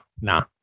nah